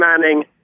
Manning